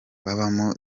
babamo